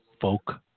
folk